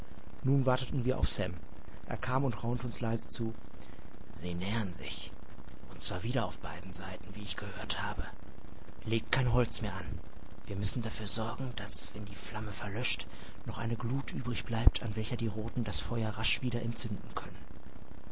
nun warteten wir auf sam er kam und raunte uns leise zu sie nähern sich und zwar wieder auf beiden seiten wie ich gehört habe legt kein holz mehr an wir müssen dafür sorgen daß wenn die flamme verlöscht noch eine glut übrig bleibt an welcher die roten das feuer rasch wieder entzünden können